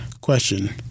Question